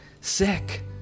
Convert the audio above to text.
sick